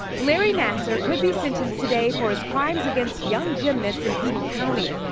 larry nassar could be sentenced today for his crimes against young gymnasts in eaton county.